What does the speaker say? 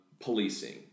policing